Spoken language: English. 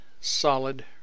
solid